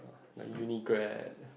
like uni grad